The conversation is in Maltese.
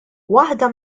waħda